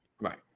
Right